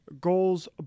goals